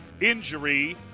injury